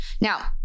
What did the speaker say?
Now